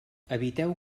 eviteu